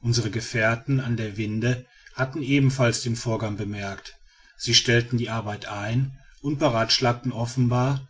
unsre gefährten an der winde hatten ebenfalls den vorgang bemerkt sie stellten die arbeit ein und beratschlagten offenbar